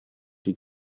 die